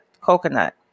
coconut